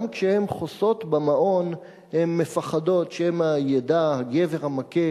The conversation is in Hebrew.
גם כשהן חוסות במעון הן מפחדות שמא ידע הגבר המכה